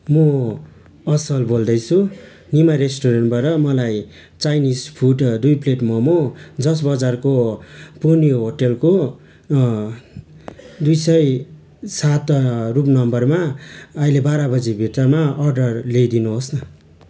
म असल बोल्दैछु निमा रेस्टुरेन्टबाट मलाई चाइनिस फुडहरू दुई प्लेट मोमो जर्ज बजारको पन्यु होटलको दुई सय सात रुम नम्बरमा अहिले बाह्र बजीभित्रमा अर्डर ल्याइदिनु होस् न